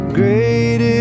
great